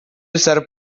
cert